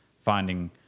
finding